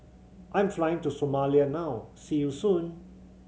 I'm flying to Somalia now see you soon